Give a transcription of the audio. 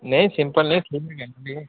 नेईं सिंपल नेईं ठीक गै करी ओड़ेओ